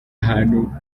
ahantu